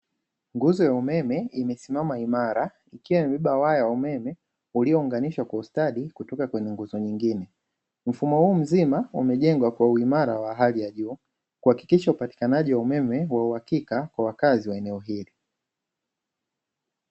Nguzo ya umeme imesimama imara, ikiwa imebeba waya wa umeme uliounganishwa kwa ustadi kutoka kwenye nguzo nyingine. Mfumo huu mzima umejengwa kwa uimara wa hali ya juu kuhakikisha upatikanaji wa umeme ni wa uhakika kwa wakazi wa eneo hili.